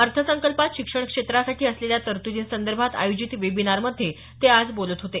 अर्थसंकल्पात शिक्षण क्षेत्रासाठी असलेल्या तरतुदींसंदर्भात आयोजित वेबिनारमध्ये ते आज बोलत होते